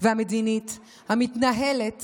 והמדינית המתנהלת